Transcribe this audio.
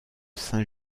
saint